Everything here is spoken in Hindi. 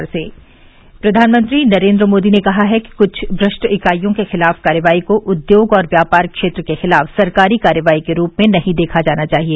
श श प्रधानमंत्री नरेन्द्र मोदी ने कहा है कि कुछ भ्रष्ट इकाईयों के खिलाफ कार्रवाई को उद्योग और व्यापार क्षेत्र के खिलाफ सरकारी कार्रवाई के रूप में नहीं देखा जाना चाहिए